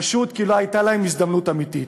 פשוט כי לא הייתה להם הזדמנות אמיתית.